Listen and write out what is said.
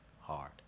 hard